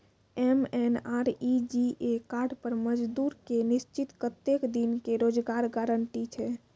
MNREGA card पर मजदुर के निश्चित कत्तेक दिन के रोजगार गारंटी छै?